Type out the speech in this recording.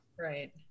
Right